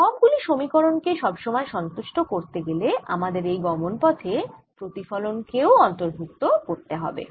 সব গুলি সমীকরণ কে সব সময় সন্তুষ্ট করতে গেলে আমাদের এই গমন পথে প্রতিফলন কেও অন্তর্ভুক্ত করতে হবে